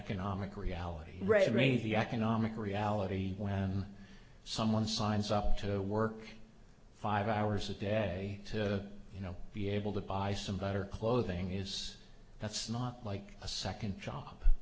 economic reality resume the economic reality when someone signs up to work five hours a day to you know be able to buy some better clothing use that's not like a second job